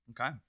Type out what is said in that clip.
Okay